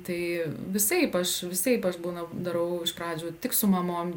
tai visaip aš visaip aš būna darau iš pradžių tik su mamom